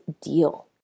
deal